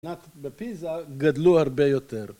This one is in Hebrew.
‫בפיזה, גדלו הרבה יותר.